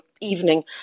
evening